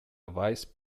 vice